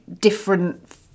different